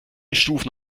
stufen